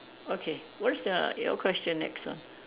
okay what is your your question next ah